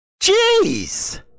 Jeez